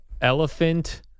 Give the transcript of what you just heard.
Elephant